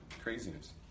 craziness